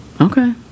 Okay